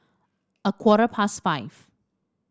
a quarter past five